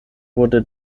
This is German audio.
wurde